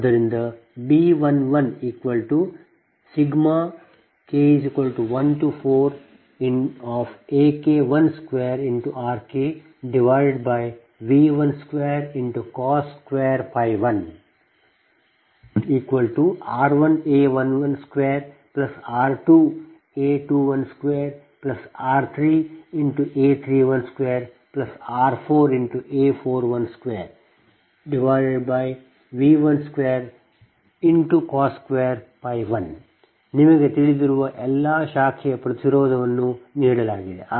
ಆದ್ದರಿಂದ B11 K14AK12RKV121 R1A112R2A212R3A312R4A412V121 ನಿಮಗೆ ತಿಳಿದಿರುವ ಎಲ್ಲಾ ಶಾಖೆಯ ಪ್ರತಿರೋಧವನ್ನು ನೀಡಲಾಗಿದೆ